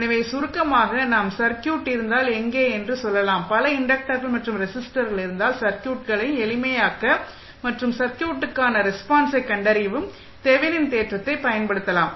எனவே சுருக்கமாக நாம் சர்க்யூட் இருந்தால் எங்கே என்று சொல்லலாம் பல இன்டக்டர்கள் மற்றும் ரெஸிஸ்டர்கள் இருந்தால் சர்க்யூட்டுகளை எளிமையாக்க மற்றும் சர்க்யூட்டுக்கான ரெஸ்பான்ஸை கண்டறியவும் தெவெனின் தேற்றத்தைப் பயன்படுத்தலாம்